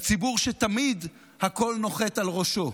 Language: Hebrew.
הציבור שתמיד הכול נוחת על ראשו,